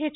H